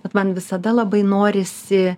bet man visada labai norisi